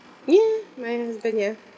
ya my husband ya